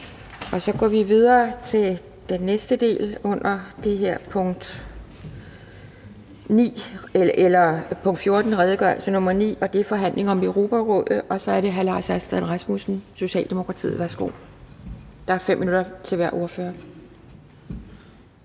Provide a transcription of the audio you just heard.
Så går vi videre til næste del under punkt 14, nemlig redegørelse nr. R 9, og det er forhandling om Europarådet. Det er hr. Lars Aslan Rasmussen, Socialdemokratiet, og der er 5 minutter til hver ordfører.